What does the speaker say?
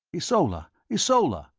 ysola! ysola!